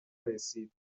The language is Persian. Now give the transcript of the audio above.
رسید